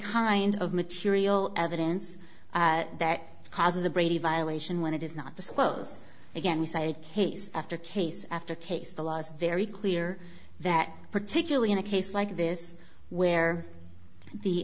kind of material evidence that causes a brady violation when it is not disclosed again we cited case after case after case the law is very clear that particularly in a case like this where the